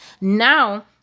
Now